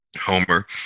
homer